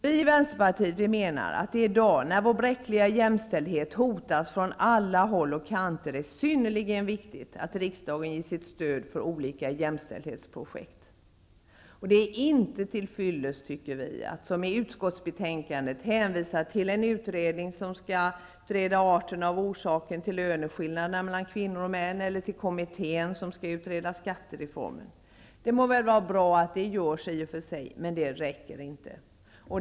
Vi i Vänsterpartiet menar att det i dag, när vår bräckliga jämställdhet hotas från alla håll och kanter, är synnerligen viktigt att riksdagen ger sitt stöd åt olika jämställdhetsprojekt. Det är inte till fyllest, tycker vi, att som i utskottsbetänkandet hänvisa till en utredning som skall undersöka orsakerna till löneskillnaderna mellan män och kvinnor eller att hänvisa till den kommitté som skall utreda skattereformen. Det må i och för sig vara bra att detta görs, men det räcker inte.